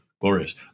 Glorious